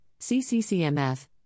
CCCMF